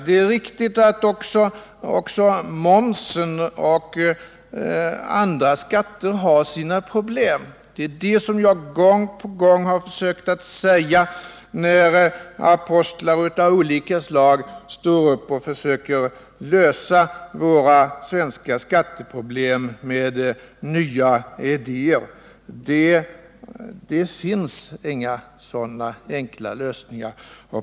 Det är riktigt att också momsen och andra skatter har sina problem. Det är det som jag gång på gång har försökt att säga, när apostlar av olika slag står upp och försöker lösa våra svenska skatteproblem med nya ideér. Det finns inga enkla lösningar.